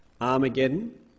Armageddon